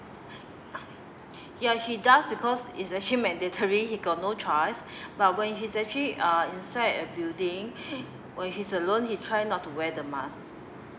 ya he does because it's actually mandatory he got no choice but when he's actually uh inside a building when he's alone he try not to wear the mask